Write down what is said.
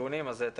האישה.